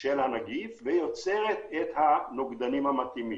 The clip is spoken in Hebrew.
של הנגיף ויוצרת את הנוגדנים המתאימים.